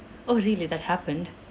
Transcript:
oh really that happened